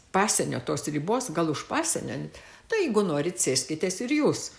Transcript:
pasienio tos ribos gal už pasienio tai jeigu norit sėskitės ir jūs